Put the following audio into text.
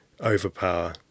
overpower